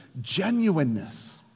genuineness